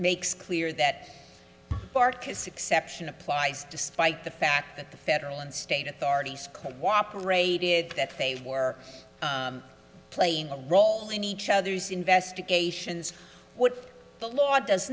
makes clear that mark is exception applies despite the fact that the federal and state authorities cooperated that they were playing a role in each other's investigations what the law does